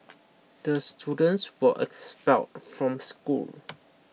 the students were expelled from school